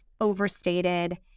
overstated